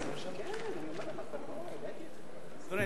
אדוני,